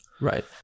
Right